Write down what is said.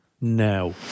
now